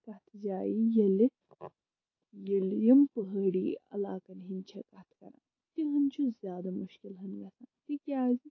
کَتھ جایہِ ییٚلہِ ییٚلہِ یِم پہٲڑی علاقَن ہٕنٛدۍ چھِ کَتھ تِہُنٛد چھُ نہٕ زیادٕ مُشکِل ہن تِکیٛازِ